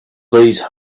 these